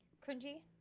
cringy,